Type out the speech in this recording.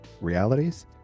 realities